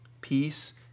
peace